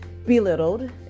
belittled